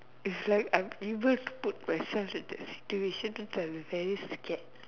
is like I'm able to put myself in that situation I am very scared